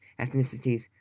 ethnicities